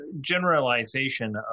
generalization